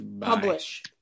Publish